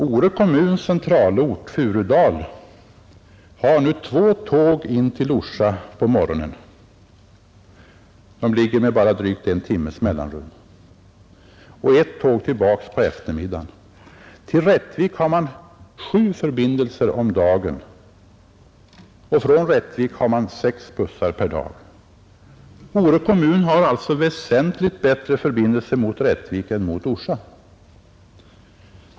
Ore kommuns centralort, Furudal, har nu två tåg in till Orsa på morgonen, som går med bara drygt en timmes mellanrum, och ett tåg tillbaka på eftermiddagen. Till Rättvik har man sju förbindelser om dagen, och från Rättvik går sex bussar per dag. Ore kommun har alltså väsentligt bättre förbindelser mot Rättvik än mot Orsa.